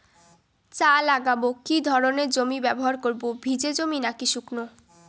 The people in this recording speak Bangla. চা লাগাবো কি ধরনের জমি ব্যবহার করব ভিজে জমি নাকি শুকনো?